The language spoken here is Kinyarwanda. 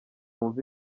wumve